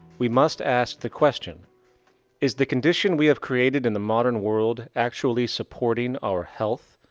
we must ask the question is the condition we have created in the modern world actually supporting our health?